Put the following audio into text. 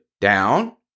Down